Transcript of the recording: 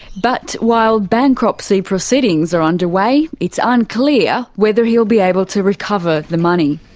but while bankruptcy proceedings are underway, it's unclear whether he'll be able to recover the money.